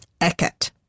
eket